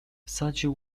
wsadził